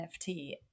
NFT